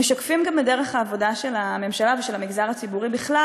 משקפים גם את דרך העבודה של הממשלה ושל המגזר הציבורי בכלל